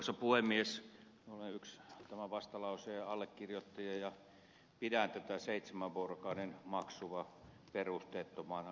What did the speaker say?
olen yksi tämän vastalauseen allekirjoittajia ja pidän tätä seitsemän vuorokauden maksua perusteettomana